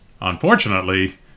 Unfortunately